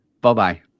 Bye-bye